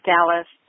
Dallas